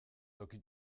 toki